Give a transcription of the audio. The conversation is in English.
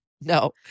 No